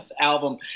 album